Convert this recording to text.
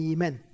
Amen